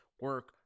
Work